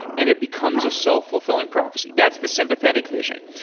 and it becomes a self-fulfilling prophecy. that's the sympathetic vision.